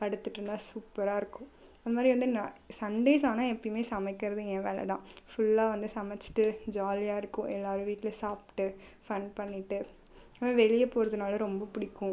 படுத்துகிட்டு இருந்தால் சூப்பராக இருக்கும் அந்த மாரி வந்து ந சண்டேஸ் ஆனால் எப்பயுமே சமைக்கிறது என் வேலை தான் ஃபுல்லாக வந்து சமைத்திட்டு ஜாலியாக இருக்கும் எல்லாரும் வீட்டில் சாப்பிட்டு ஃபன் பண்ணிட்டு வெளியே போகிறதுனாலும் ரொம்ப பிடிக்கும்